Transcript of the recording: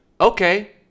okay